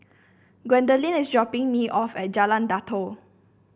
gwendolyn is dropping me off at Jalan Datoh